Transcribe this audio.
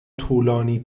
طولانی